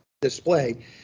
display